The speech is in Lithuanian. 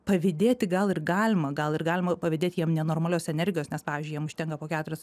pavydėti gal ir galima gal ir galima pavydėti jam nenormalios energijos nes pavyzdžiui jiem užtenka po keturias